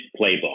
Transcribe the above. playbook